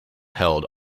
held